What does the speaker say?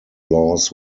laws